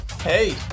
Hey